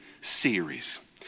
series